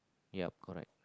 yup correct